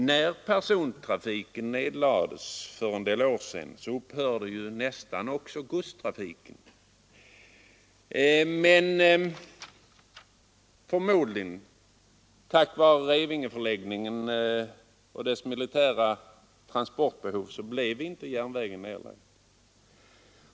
När persontrafiken nedlades för en del år sedan upphörde även nästan all godstrafik. Men förmodligen tack vare regementsförläggningen i Revinge och dess militära transportbehov blev inte järnvägen nedlagd.